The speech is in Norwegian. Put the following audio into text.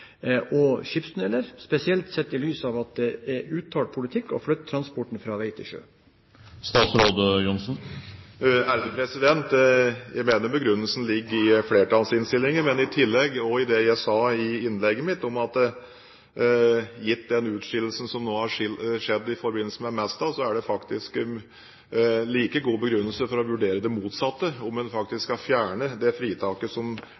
og skipstunneler, spesielt sett i lys av at det er uttalt politikk å flytte transporten fra vei til sjø? Jeg mener begrunnelsen ligger i flertallsinnstillingen, men i tillegg også i det jeg sa i innlegget mitt, om at gitt den utskillelsen som nå har skjedd i forbindelse med Mesta, er det faktisk en like god begrunnelse for å vurdere det motsatte: om en faktisk skal fjerne det fritaket som